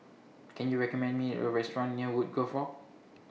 Can YOU recommend Me A Restaurant near Woodgrove Walk